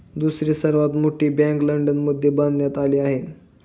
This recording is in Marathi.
दुसरी सर्वात मोठी बँक लंडनमध्ये बांधण्यात आली आहे